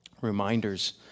Reminders